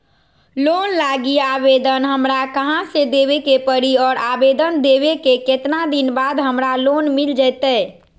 Loan लागी आवेदन हमरा कहां देवे के पड़ी और आवेदन देवे के केतना दिन बाद हमरा लोन मिल जतई?